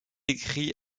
écrit